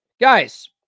Guys